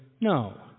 No